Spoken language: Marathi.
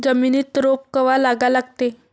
जमिनीत रोप कवा लागा लागते?